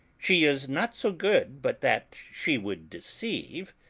she is not so good but that she would deceive,